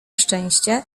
szczęście